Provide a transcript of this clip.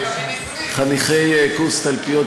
חניכי קורס תלפיות,